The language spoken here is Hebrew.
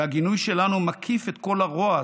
והגינוי שלנו מקיף את כל הרוע הזה,